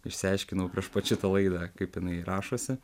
išsiaiškinau prieš pat šitą laidą kaip jinai rašosi